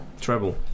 Treble